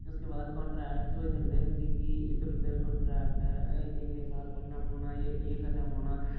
उसके बाद कंट्रैक्ट होई सकदे न जेह्की इद्धर उद्धर कंट्रैक्ट ऐ इन्ने साल पढ़ना पौना एह् एह् करना पौना